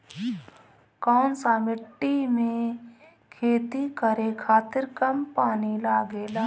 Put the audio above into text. कौन सा मिट्टी में खेती करे खातिर कम पानी लागेला?